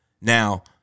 Now